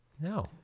No